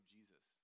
Jesus